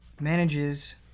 manages